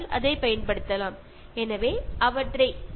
എവിടെയെല്ലാം ഇത് ഉപയോഗിക്കാൻ കഴിയുന്നുവോ അവിടെയെല്ലാം ഉപയോഗിക്കുക